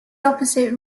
opposite